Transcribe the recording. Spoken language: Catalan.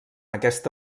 aquesta